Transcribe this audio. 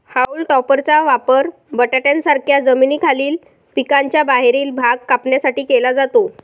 haulm टॉपरचा वापर बटाट्यांसारख्या जमिनीखालील पिकांचा बाहेरील भाग कापण्यासाठी केला जातो